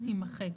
תימחק."